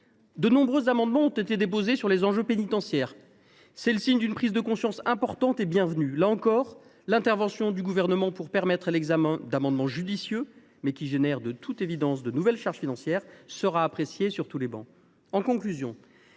De nombreux amendements ayant pour objet les enjeux pénitentiaires ont été déposés : c’est le signe d’une prise de conscience importante et bienvenue. Là encore, l’intervention du Gouvernement pour permettre l’examen d’amendements judicieux, mais qui créent de toute évidence de nouvelles charges financières, sera appréciée sur toutes les travées.